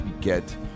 get